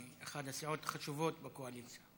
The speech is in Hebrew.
שהיא אחת הסיעות החשובות בקואליציה.